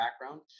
background